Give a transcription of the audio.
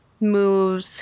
moves